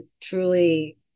truly